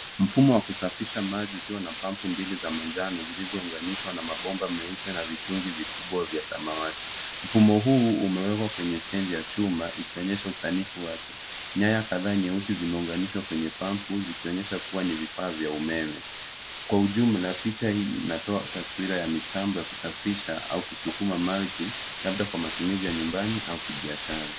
Mfumo wa kusafisha maji ukiwa na pampu mbili za manjano zilizounganishwa na mabomba meupe na vichungi vikubwa vya samawati. Mfumo huu umewekwa kwenye stendi ya chuma, ikionyesha usanifu wake. Nyaya kadhaa nyeusi zimeunganishwa kwenye pampu, zikionyesha kuwa ni vifaa vya umeme. Kwa ujumla, picha hii inatoa taswira ya mitambo ya kusafisha au kusukuma maji, labda kwa matumizi ya nyumbani au kibiashara.